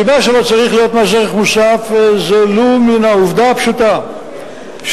לא צריך להיות מס ערך מוסף ולו מן העובדה הפשוטה שאם